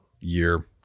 year